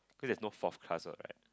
cause there's no forth class what right